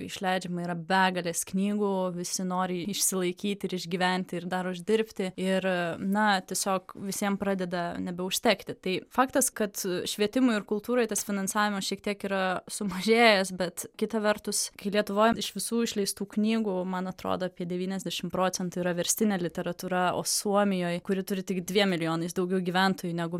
išleidžiama yra begalės knygų visi nori išsilaikyti ir išgyventi ir dar uždirbti ir na tiesiog visiem pradeda nebeužtekti tai faktas kad švietimui ir kultūrai tas finansavimas šiek tiek yra sumažėjęs bet kita vertus kai lietuvoj iš visų išleistų knygų man atrodo apie devyniasdešim procentų yra verstinė literatūra o suomijoj kuri turi tik dviem milijonais daugiau gyventojų negu